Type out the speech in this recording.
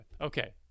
Okay